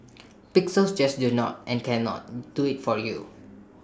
pixels just do not and cannot do IT for you